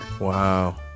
Wow